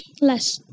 less